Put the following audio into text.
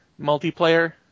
Multiplayer